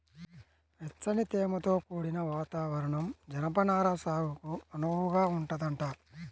వెచ్చని, తేమతో కూడిన వాతావరణం జనపనార సాగుకు అనువుగా ఉంటదంట